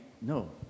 no